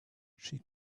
she